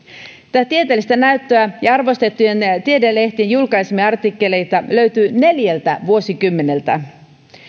tätä tieteellistä näyttöä ja arvostettujen tiedelehtien julkaisemia artikkeleita löytyy neljältä vuosikymmeneltä